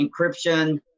encryption